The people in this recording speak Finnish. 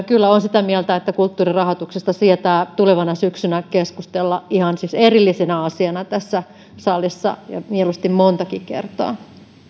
kyllä olen sitä mieltä että kulttuurin rahoituksesta sietää tulevana syksynä keskustella ihan siis erillisenä asiana tässä salissa ja mieluusti montakin kertaa